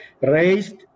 raised